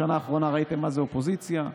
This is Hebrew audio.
ובשנה האחרונה ראיתם מה זה אופוזיציה,